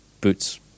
boots